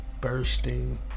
bursting